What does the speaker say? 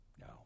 No